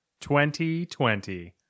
2020